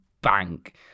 bank